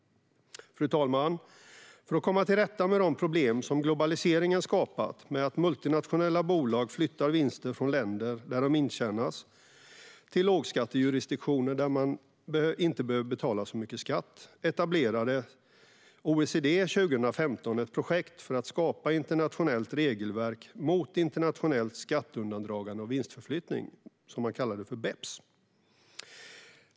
Fru talman! För att komma till rätta med de problem som globaliseringen skapat, med att multinationella bolag flyttar vinster från länder där de intjänas till lågskattejurisdiktioner där man inte behöver betala så mycket skatt, etablerade OECD 2015 ett projekt för att skapa ett internationellt regelverk mot internationellt skatteundandragande och vinstförflyttning, kallat BEPS.